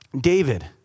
David